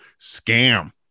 scam